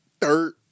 Third